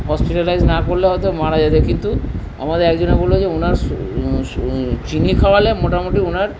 hospitalised না করলে হয়তো মারা যেত কিন্তু আমাদের একজনে বললো যে ওনার চিনি খাওয়ালে মোটামুটি ওনার